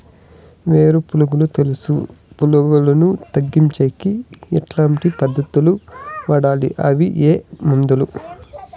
వేరు పులుగు తెలుసు పులుగులను తగ్గించేకి ఎట్లాంటి పద్ధతులు వాడాలి? అవి ఏ మందులు?